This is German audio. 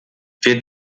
wir